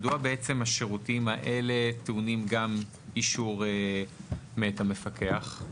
מדוע בעצם השירותים האלה טעונים גם אישור מאת המפקח?